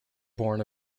born